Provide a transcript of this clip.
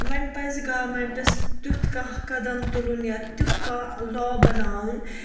وۅنۍ پَزِ گورمِنٹس تؠُتھ کانٛہہ قدم تُلُن یا تؠُتھ کانٛہہ لا بَناوُن